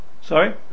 sorry